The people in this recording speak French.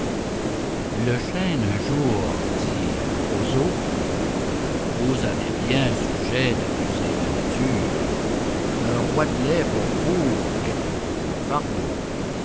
le chêne un jour dit au roseau vous avez bien sujet d'accuser la nature un roitelet pour vous est un pesant fardeau